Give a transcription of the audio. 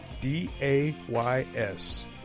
D-A-Y-S